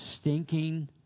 stinking